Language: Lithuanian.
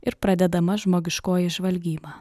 ir pradedama žmogiškoji žvalgyba